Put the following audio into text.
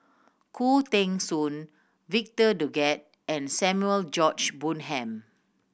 Khoo Teng Soon Victor Doggett and Samuel George Bonham